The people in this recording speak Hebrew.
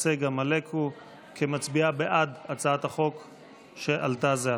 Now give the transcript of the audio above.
כי הצעת החוק עברה,